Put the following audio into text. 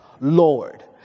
Lord